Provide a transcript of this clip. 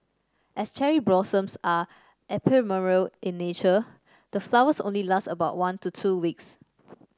as cherry blossoms are ephemeral in nature the flowers only last about one to two weeks